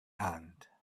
hand